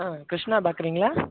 Krishna பேக்கரிங்களா